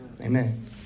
Amen